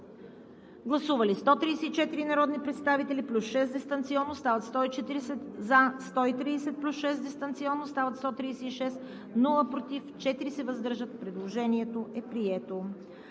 Гласували 134 народни представители плюс 6 дистанционно – стават 140: за 130 плюс 6 дистанционно – стават 136, против няма, въздържали се 4. Предложението е прието.